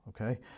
Okay